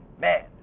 Man